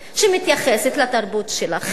שמתייחסת לתרבות שלכם,